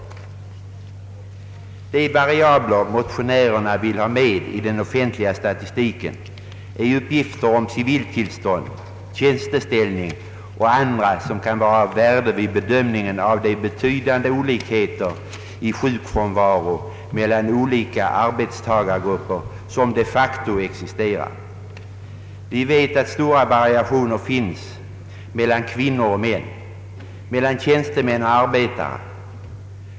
De variabler motionärerna vill ha med i den offentliga statistiken är upp gifter om civilstånd, tjänsteställning och annat som kan vara av värde vid bedömningen av de betydande olikheter i sjukfrånvaro mellan olika arbetstagargrupper som de facto existerar. Vi vet att stora variationer finns mellan kvinnor och män samt mellan tjänstemän och arbetare.